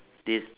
did